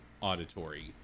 auditory